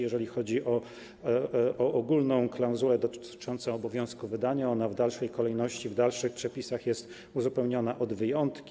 Jeżeli chodzi o ogólną klauzulę dotyczącą obowiązku wydania, ona w dalszej kolejności, w dalszych przepisach jest uzupełniona o wyjątki.